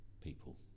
people